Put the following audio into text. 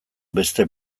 beste